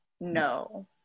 No